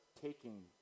taking